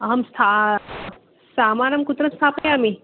अहं स्था सामानं कुत्र स्थापयामि